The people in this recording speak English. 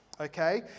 Okay